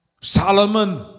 Solomon